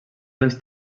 dels